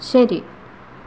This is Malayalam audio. ശരി